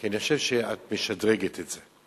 כי אני חושב שאת משדרגת את זה.